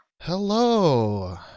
Hello